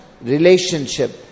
relationship